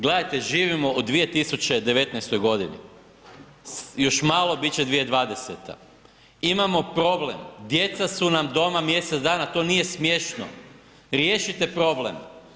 Gledajte živimo u 2019. godini, još malo bit će 2020. imamo problem, djeca su nam doma mjesec dana, to nije smješno, riješite problem.